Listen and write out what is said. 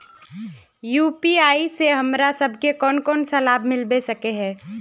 UPI से हमरा सब के कोन कोन सा लाभ मिलबे सके है?